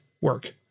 work